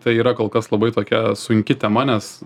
tai yra kol kas labai tokia sunki tema nes